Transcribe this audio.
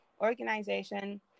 Organization